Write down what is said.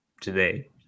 today